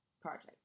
project